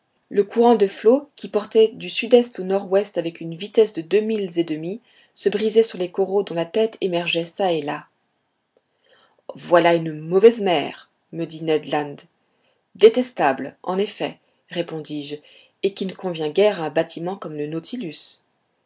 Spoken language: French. le courant de flots qui portait du sud-est au nord-ouest avec une vitesse de deux milles et demi se brisait sur les coraux dont la tête émergeait çà et là voilà une mauvaise mer me dit ned land détestable en effet répondis-je et qui ne convient guère à un bâtiment comme le nautilus